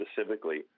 specifically